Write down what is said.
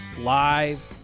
live